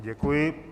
Děkuji.